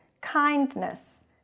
kindness